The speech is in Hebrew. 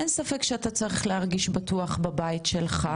אין ספק שאתה צריך להרגיש בטוח בבית שלך,